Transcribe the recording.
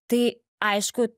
tai aišku